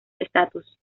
estatus